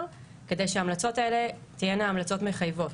כדי שההמלצות האלה תהיינה המלצות מחייבות.